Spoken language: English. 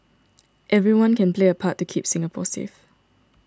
everyone can play a part to keep Singapore safe